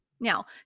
Now